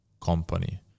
company